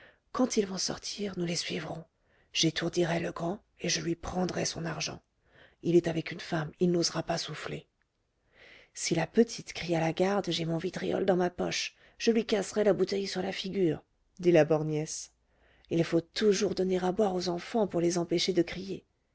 quand ils vont sortir nous les suivrons j'étourdirai le grand et je lui prendrai son argent il est avec une femme il n'osera pas souffler si la petite crie à la garde j'ai mon vitriol dans ma poche je lui casserai la bouteille sur la figure dit la borgnesse il faut toujours donner à boire aux enfants pour les empêcher de crier